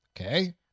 Okay